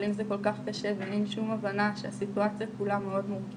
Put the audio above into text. אבל אם זה כל כך קשה ואין שום הבנה שהסיטואציה כולה מאוד מורכבת,